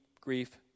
grief